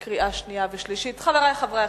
לא היו מתנגדים ולא היו נמנעים.